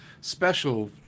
special